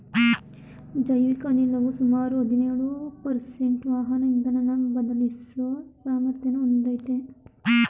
ಜೈವಿಕ ಅನಿಲವು ಸುಮಾರು ಹದಿನೇಳು ಪರ್ಸೆಂಟು ವಾಹನ ಇಂಧನನ ಬದಲಿಸೋ ಸಾಮರ್ಥ್ಯನ ಹೊಂದಯ್ತೆ